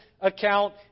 account